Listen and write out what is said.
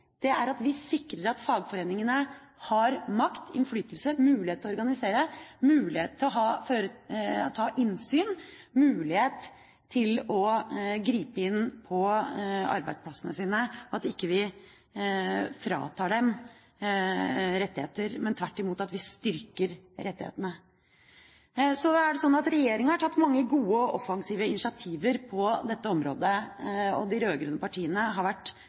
Det er at vi sikrer at fagforeningene har makt, innflytelse, mulighet til å organisere, mulighet til å ha innsyn, mulighet til å gripe inn på arbeidsplassene. Vi må ikke frata dem rettigheter, men tvert imot styrke rettighetene. Regjeringa har tatt mange gode og offensive initiativer på dette området, og de rød-grønne partiene har vært